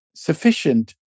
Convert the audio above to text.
sufficient